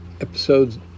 Episodes